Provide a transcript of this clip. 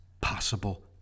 possible